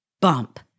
bump